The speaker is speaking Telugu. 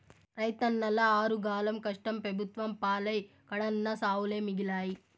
రైతన్నల ఆరుగాలం కష్టం పెబుత్వం పాలై కడన్నా సావులే మిగిలాయి